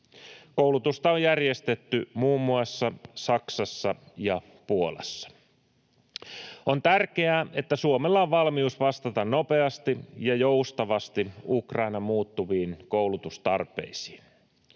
Koulutusta on järjestetty muun muassa Saksassa ja Puolassa. On tärkeää, että Suomella on valmius vastata nopeasti ja joustavasti Ukrainan muuttuviin koulutustarpeisiin.